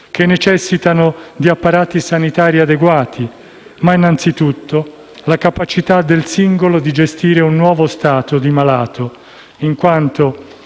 che necessitano di apparati sanitari adeguati. Ciò riguarda innanzi tutto la capacità del singolo di gestire il nuovo stato di malato, in quanto